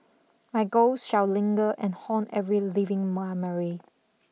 my ghost shall linger and haunt every living memory